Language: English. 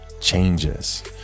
changes